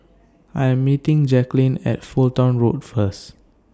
I Am meeting Jackeline At Fulton Road First